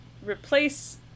replace